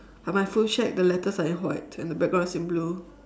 but my food shack the letters are in white and the background is in blue